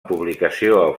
publicació